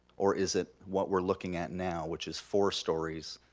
or is it what we're looking at now which is four stories,